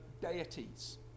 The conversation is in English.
deities